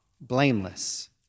blameless